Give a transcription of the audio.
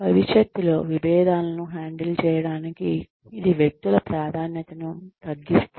భవిష్యత్తులో విభేదాలను హ్యాండిల్ చేయడానికి ఇది వ్యక్తుల ప్రాధాన్యతను తగ్గిస్తుంది